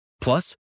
Plus